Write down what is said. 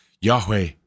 Yahweh